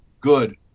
good